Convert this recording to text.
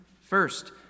First